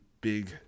big